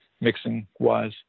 mixing-wise